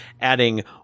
adding